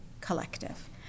collective